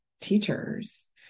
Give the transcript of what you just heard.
teachers